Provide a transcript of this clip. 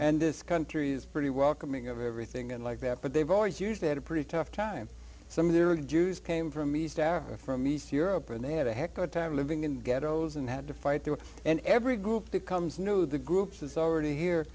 and this country is pretty welcoming of everything and like that but they've always usually had a pretty tough time some of their jews came from east africa from east europe and they had a heck of a time living in ghettos and had to fight there and every group that comes knew the groups is already here